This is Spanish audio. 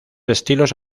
estilos